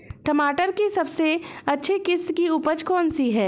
टमाटर की सबसे अच्छी किश्त की उपज कौन सी है?